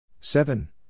Seven